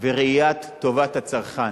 וראיית טובת הצרכן.